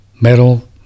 metal